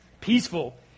Peaceful